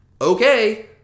okay